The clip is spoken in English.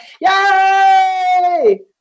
Yay